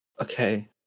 Okay